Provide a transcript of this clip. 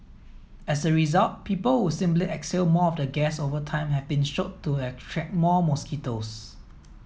as a result people who simply exhale more of the gas over time have been shown to attract more mosquitoes